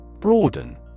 Broaden